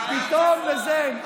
12 שנה, פתאום לזה אין.